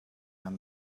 down